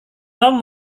tom